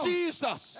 Jesus